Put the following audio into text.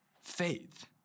faith